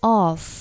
off